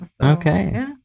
okay